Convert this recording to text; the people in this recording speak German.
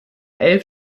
elf